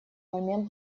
момент